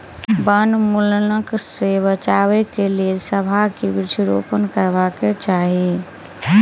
वनोन्मूलनक सॅ बचाबक लेल सभ के वृक्षारोपण करबाक चाही